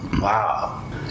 wow